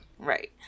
Right